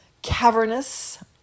cavernous